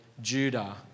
Judah